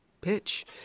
pitch